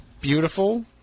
beautiful